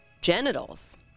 genitals